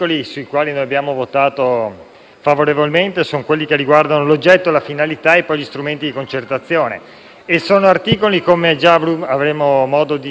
favorevolmente, riguardano l'oggetto, la finalità e gli strumenti di concertazione, e sono articoli, come abbiamo già avuto modo di dire